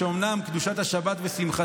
אומנם על אף קדושת השבת ושמחתה,